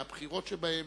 מהבכירות שבהן,